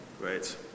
Great